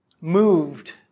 moved